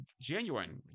genuine